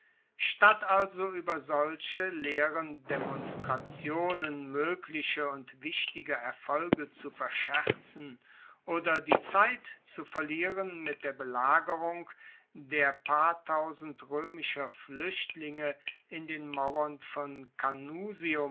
statt also ueber solche leeren demonstrationen moegliche und wichtige erfolge zu verscherzen oder die zeit zu verlieren mit der belagerung der paar tausend roemischer fluechtlinge in den mauern von